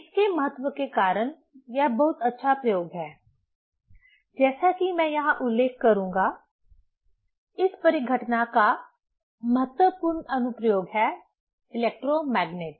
इसके महत्व के कारण यह बहुत अच्छा प्रयोग है जैसा कि मैं यहां उल्लेख करूंगा इस परिघटना का महत्वपूर्ण अनुप्रयोग है इलेक्ट्रोमैग्नेट